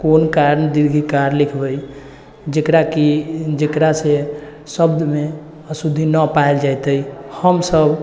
कोन ठाम दीर्घिकार लिखबै जेकराकि जेकरासँ शब्दमे अशुद्धि नहि पायल जेतै हम सभ